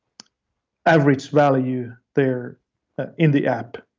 average value there in the app.